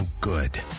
good